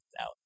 out